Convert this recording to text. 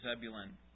Zebulun